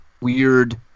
weird